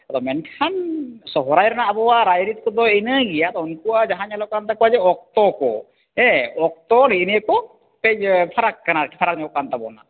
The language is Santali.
ᱟᱫᱚ ᱢᱮᱱᱠᱷᱟᱱ ᱥᱚᱦᱨᱟᱭ ᱨᱮᱱᱟᱜ ᱟᱵᱚᱣᱟᱜ ᱨᱟᱭ ᱨᱤᱛ ᱠᱚᱫᱚ ᱤᱱᱟᱹ ᱜᱮᱭᱟ ᱩᱱᱠᱩᱣᱟᱜ ᱡᱟᱦᱟᱸ ᱧᱮᱞᱚᱜ ᱠᱟᱱ ᱛᱟᱠᱚᱣᱟ ᱡᱮ ᱚᱠᱛᱚ ᱠᱚ ᱦᱮᱸ ᱚᱠᱛᱚ ᱱᱮᱜᱼᱮ ᱱᱤᱭᱟᱹ ᱠᱚ ᱠᱟᱺᱪ ᱯᱷᱟᱨᱟᱠ ᱟᱠᱟᱱᱟᱥ ᱯᱷᱟᱨᱟᱠ ᱧᱚᱜ ᱠᱟᱱ ᱛᱟᱵᱚᱱᱟ